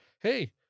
Hey